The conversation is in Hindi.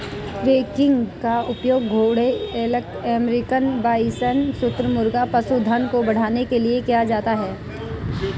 रैंकिंग का उपयोग घोड़ों एल्क अमेरिकन बाइसन शुतुरमुर्ग पशुधन को बढ़ाने के लिए किया जाता है